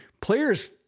players